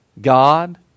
God